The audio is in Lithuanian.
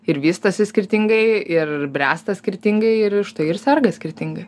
ir vystosi skirtingai ir bręsta skirtingai ir štai ir serga skirtingai